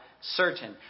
certain